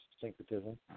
syncretism